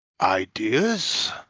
ideas